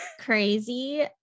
crazy